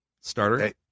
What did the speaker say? Starter